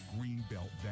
Greenbelt